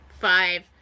Five